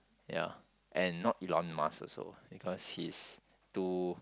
ya and not Elon-Musk because he's too